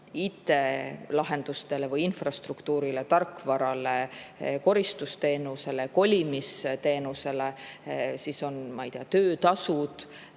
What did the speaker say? IT-lahendustele või infrastruktuurile, tarkvarale, koristusteenusele, kolimisteenusele, ma ei tea, töötasudele